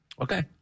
Okay